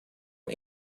are